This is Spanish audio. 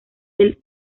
del